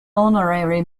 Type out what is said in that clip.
honorary